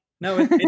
No